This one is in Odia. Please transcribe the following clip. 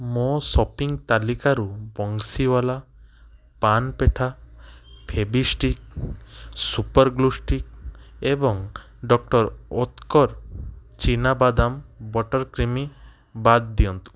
ମୋ ସପିଂ ତାଲିକାରୁ ବଂଶୀୱାଲା ପାନ୍ ପେଠା ଫେଭିଷ୍ଟିକ୍ ସୁପର ଗ୍ଲୁଷ୍ଟିକ୍ ଏବଂ ଡକ୍ଟର ଓତ୍କର ଚିନା ବାଦାମ ବଟର୍ କ୍ରିମ୍ ବାଦ ଦିଅନ୍ତୁ